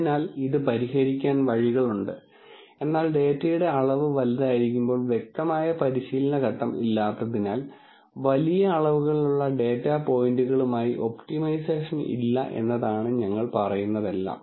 അതിനാൽ ഇത് പരിഹരിക്കാനുള്ള വഴികളുണ്ട് എന്നാൽ ഡാറ്റയുടെ അളവ് വലുതായിരിക്കുമ്പോൾ വ്യക്തമായ പരിശീലന ഘട്ടം ഇല്ലാത്തതിനാൽ വലിയ അളവുകളിലുള്ള ഡാറ്റ പോയിന്റുകളുമായി ഒപ്റ്റിമൈസേഷൻ ഇല്ല എന്നതാണ് ഞങ്ങൾ പറയുന്നതെല്ലാം